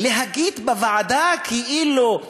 להגיד בוועדה כאילו,